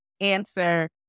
answer